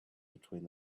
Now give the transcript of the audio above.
between